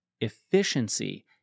efficiency